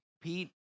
Pete